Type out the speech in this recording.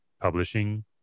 publishing